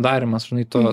darymas žinai to